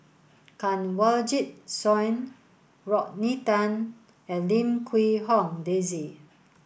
Kanwaljit Soin Rodney Tan and Lim Quee Hong Daisy